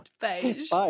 Beige